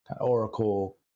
Oracle